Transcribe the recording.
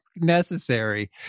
necessary